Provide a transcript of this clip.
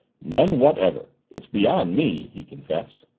none whatever it's beyond me, he confessed.